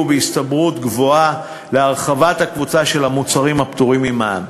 בהסתברות גבוהה להרחבת הקבוצה של המוצרים הפטורים ממע"מ.